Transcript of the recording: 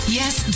yes